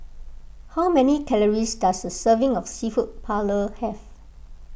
how many calories does a serving of Seafood Paella have